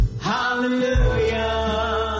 Hallelujah